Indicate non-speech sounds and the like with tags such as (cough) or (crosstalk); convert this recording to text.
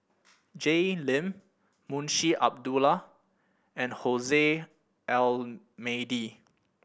Jay Lim Munshi Abdullah and (unintelligible) Almeida